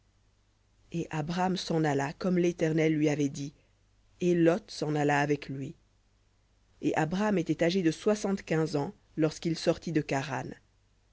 et abram s'en alla comme l'éternel lui avait dit et lot s'en alla avec lui et abram était âgé de soixante-quinze ans lorsqu'il sortit de charan